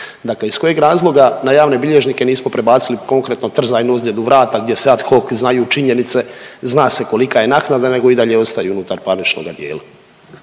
Dakle, iz kojeg razloga na javne bilježnike nismo prebacili konkretno trzajnu ozljedu vrata gdje se ad hoc znaju činjenice, zna se kolika je naknade nego i dalje ostaje unutar parničnoga dijela.